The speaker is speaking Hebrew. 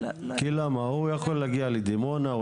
כי למה הוא יכול להגיע לדימונה,